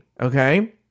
Okay